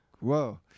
Whoa